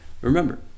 Remember